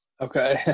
Okay